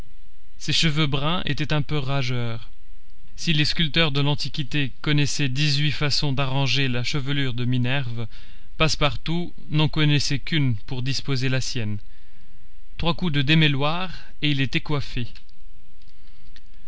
ses cheveux bruns étaient un peu rageurs si les sculpteurs de l'antiquité connaissaient dix-huit façons d'arranger la chevelure de minerve passepartout n'en connaissait qu'une pour disposer la sienne trois coups de démêloir et il était coiffé